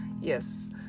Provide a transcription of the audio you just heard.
yes